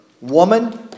Woman